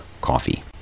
coffee